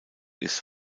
ist